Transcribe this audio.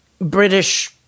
British